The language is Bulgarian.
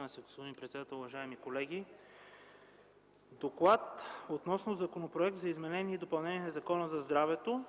гласуване Законопроект за изменение и допълнение на Закона за здравето,